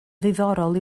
ddiddorol